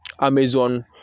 amazon